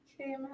Okay